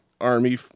Army